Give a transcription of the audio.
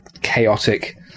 chaotic